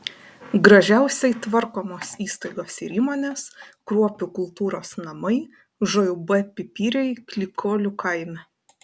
gražiausiai tvarkomos įstaigos ir įmonės kruopių kultūros namai žūb pipiriai klykolių kaime